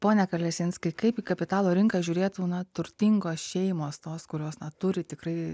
pone kalesinskai kaip į kapitalo rinką žiūrėtų na turtingos šeimos tos kurios na turi tikrai